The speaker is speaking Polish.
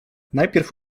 najpierw